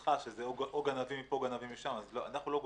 להערתך שזה או גנבים מפה או גנבים משם אנחנו לא גונבים.